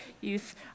youth